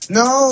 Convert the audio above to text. no